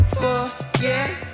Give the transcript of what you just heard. forget